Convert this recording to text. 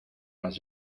las